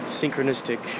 synchronistic